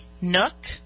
Nook